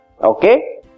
okay